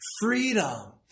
freedom